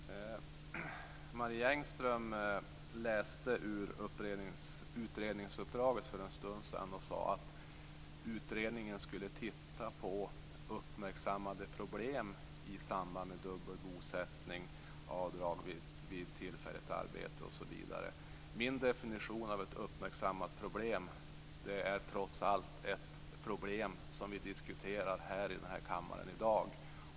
Fru talman! Marie Engström läste ur utredningsuppdraget för en stund sedan och sade att utredningen skulle titta på uppmärksammade problem i samband med dubbel bosättning, avdrag vid tillfälligt arbete osv. Min definition av "uppmärksammade problem" är trots allt problem som vi diskuterar i denna kammare i dag.